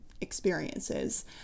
experiences